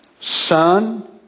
Son